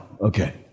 okay